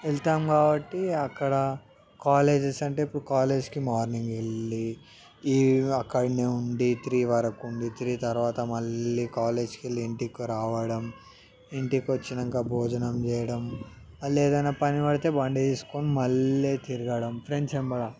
వెళ్తాం కాబట్టి అక్కడ కాలేజెస్ అంటే ఇప్పుడు కాలేజ్కి మార్నింగ్ వెళ్ళి ఈవ్ అక్కడనే ఉండి త్రీ వరకుండి త్రీ తర్వాత మళ్ళీ కాలేజీకెళ్ళింటికి రావడం ఇంటికి వచ్చినాక భోజనం చేయడం మళ్ళేదన్నా పని పడితే బండి తీసుకుని మళ్ళీ తిరగడం ఫ్రెండ్స్ వెంబడ